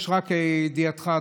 לידיעתך,